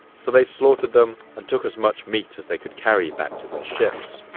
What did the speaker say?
so they slaughtered them and took as much meat as they could carry back to their ships.